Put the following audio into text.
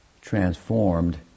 transformed